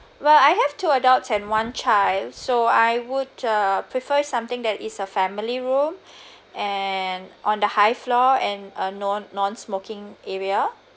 well I have two adults and one child so I would uh prefer something that is a family room and on the high floor and a non non smoking area